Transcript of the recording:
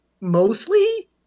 mostly